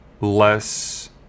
less